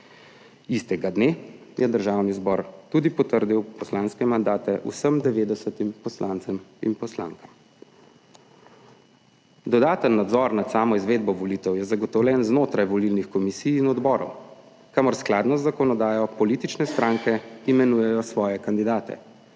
Istega dne je Državni zbor tudi potrdil poslanske mandate vsem 90. poslancem in poslankam. Dodaten nadzor nad samo izvedbo volitev je zagotovljen znotraj volilnih komisij in odborov, kamor skladno z zakonodajo politične stranke imenujejo svoje kandidate.